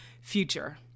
future